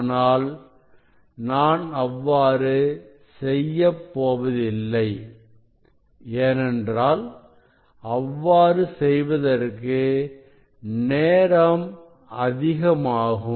ஆனால் நான் அவ்வாறு செய்யப்போவதில்லை ஏனென்றால் அவ்வாறு செய்வதற்கு நேரம் அதிகமாகும்